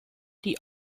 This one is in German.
die